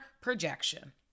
projection